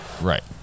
Right